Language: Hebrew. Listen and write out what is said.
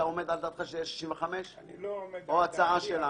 אתה עומד על דעתך שיהיה 65% או ההצעה שלנו?